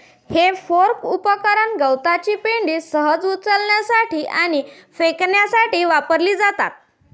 हे फोर्क उपकरण गवताची पेंढा सहज उचलण्यासाठी आणि फेकण्यासाठी वापरली जातात